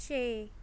ਛੇ